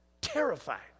terrified